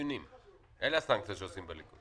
אלו הסנקציות שעושים בליכוד.